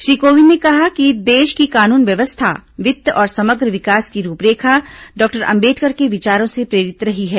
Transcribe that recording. श्री कोविंद ने कहा कि देश की कानून व्यवस्था वित्त और समग्र विकास की रूपरेखा डॉक्टर अंबेडकर के विचारों से प्रेरित रही है